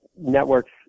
networks